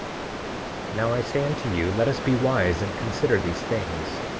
now i say unto you let us be wise and consider these things,